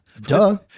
Duh